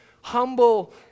humble